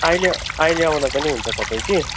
अहिले अहिले आउँदा पनि हुन्छ तपाईँ कि